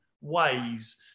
ways